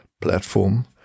platform